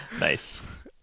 Nice